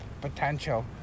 potential